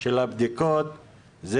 של הבדיקות,